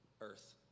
earth